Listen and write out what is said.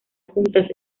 juntas